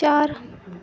ਚਾਰ